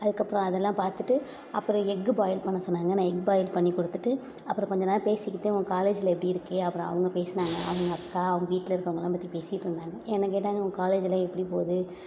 அதுக்கப்புறம் அதெல்லாம் பார்த்துட்டு அப்புறம் எக்கு பாயில் பண்ண சொன்னாங்க நான் எக் பாயில் பண்ணிக் கொடுத்துட்டு அப்புறம் கொஞ்ச நேரம் பேசிக்கிட்டு உன் காலேஜ்ஜில் எப்படி இருக்குது அப்புறம் அவங்க பேசினாங்க அவங்க அக்கா அவங்க வீட்டில் இருக்கவங்கெலாம் பற்றி பேசிகிட்ருந்தாங்க என்ன கேட்டாங்க உன் காலேஜெலாம் எப்படி போகுது